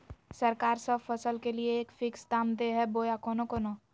सरकार सब फसल के लिए एक फिक्स दाम दे है बोया कोनो कोनो?